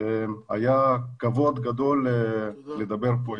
היה כבוד גדול לדבר כאן בפניכם.